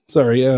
Sorry